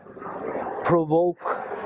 provoke